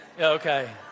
Okay